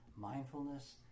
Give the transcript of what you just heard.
Mindfulness